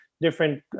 different